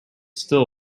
still